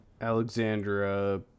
Alexandra